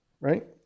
right